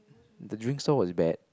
the drinks stall was bad